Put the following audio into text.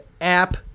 app